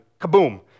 kaboom